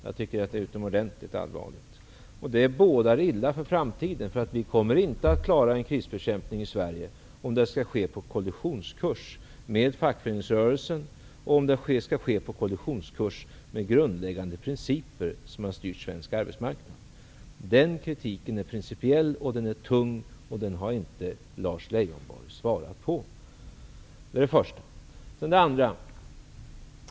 Jag tycker att det är utomordentligt allvarligt, och det bådar illa för framtiden, för vi kommer inte att klara en krisbekämpning i Sverige om det skall ske på kollissionskurs med fackföreningsrörelsen och om det skall ske på kollissionskurs med grundläggande principer som har styrt svensk arbetsmarknad. Den kritiken är principiell och den är tung, och den har inte Lars Leijonborg svarat på. Det är det första. Sedan det andra.